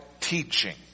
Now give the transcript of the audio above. teaching